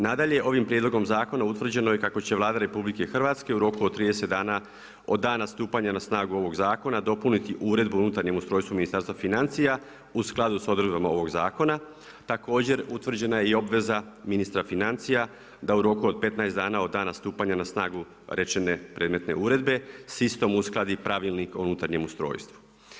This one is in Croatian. Nadalje, ovim prijedlogom zakona, utvrđeno je kako će Vlada Republike Hrvatske u roku od 30 dana od dana stupanja na snagu ovog zakona, dopuniti uredbu u unutarnjem ustrojstvu Ministarstva financija u skladu s odredbama ovog zakona, također utvrđena je i obveza ministra financija, da u roku od 15 dana, od dana stupanja na snagu rečene predmetne uredbe s istom uskladi Pravilnik o unutarnjem ustrojstvu.